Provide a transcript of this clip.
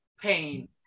pain